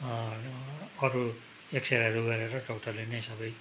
अरू एक्सरेहरू गरेर डक्टरले नै सबै